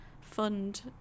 fund